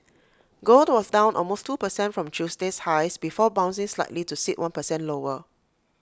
gold was down almost two percent from Tuesday's highs before bouncing slightly to sit one percent lower